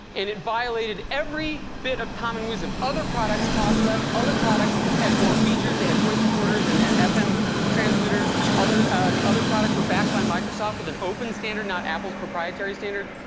and it violated every bit of common wisdom. other products cost less other products had more features, they had voice recorders and and fm transmitters. the other products were backed by microsoft, with an open standard, not apple's propriety standard.